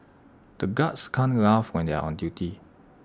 the guards can't laugh when they are on duty